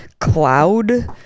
Cloud